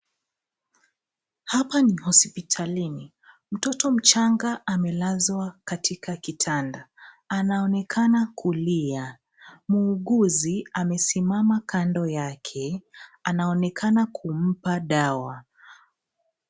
Hapa ni hospitalini. Mtoto mchanga amelazwa katika kitanda. Anaonekana kulia. Muuguzi amesimama kando yake. Anaonekana kumpa dawa.